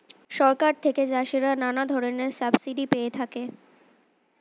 সরকার থেকে চাষিরা নানা ধরনের সাবসিডি পেয়ে থাকে